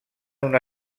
una